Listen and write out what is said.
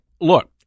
Look